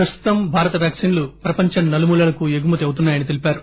ప్రస్తుతం భారత వ్యాక్పిన్లు ప్రపంచ నలుమూలలకూ ఎగుమతి అవుతున్నాయని తెలిపారు